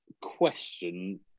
question